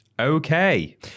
Okay